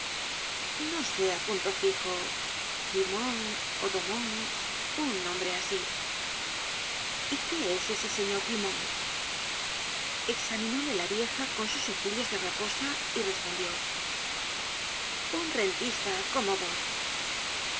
no sé á punto fijo dumont ó daumont un nombre asi y qué es ese señor dumont examinóle la vieja con sus ojillos de raposa y respondió un rentista como vos